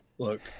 Look